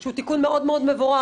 שהוא תיקון מבורך מאוד,